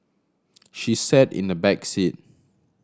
she sat in the back seat